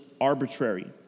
arbitrary